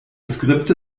skripte